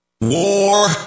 War